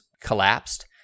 collapsed